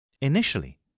initially